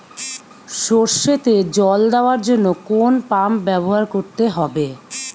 সরষেতে জল দেওয়ার জন্য কোন পাম্প ব্যবহার করতে হবে?